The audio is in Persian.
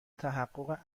تحقق